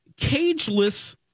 cageless